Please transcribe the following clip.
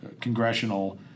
congressional